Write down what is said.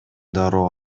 дароо